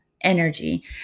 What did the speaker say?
energy